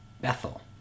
Bethel